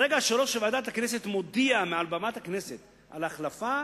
ברגע שיושב-ראש ועדת הכנסת מודיע מעל במת הכנסת על ההחלפה,